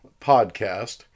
podcast